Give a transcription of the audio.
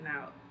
out